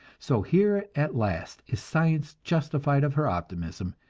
so here at last is science justified of her optimism,